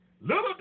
Little